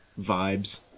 vibes